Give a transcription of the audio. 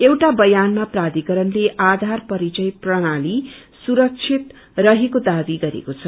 एउटा बयानमा प्राषिकरणले आधार पहिचान प्रणाली सुरक्षित रहेको दावी गरेको छ